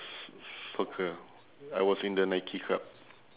soccer I was in the nike cup